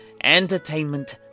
entertainment